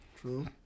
True